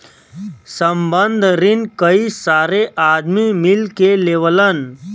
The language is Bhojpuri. संबंद्ध रिन कई सारे आदमी मिल के लेवलन